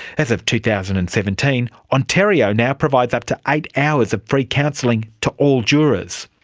as of two thousand and seventeen, ontario now provides up to eight hours of free counselling to all jurors.